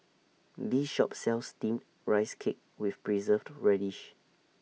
This Shop sells Steamed Rice Cake with Preserved Radish